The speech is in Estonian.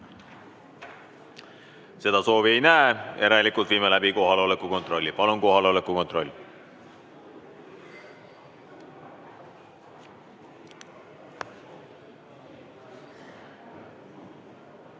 Seda soovi ei näe, järelikult viime läbi kohaloleku kontrolli. Palun kohaloleku kontroll!